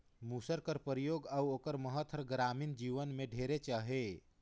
मूसर कर परियोग अउ ओकर महत हर गरामीन जीवन में ढेरेच अहे